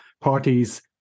parties